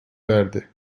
verdi